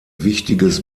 wichtiges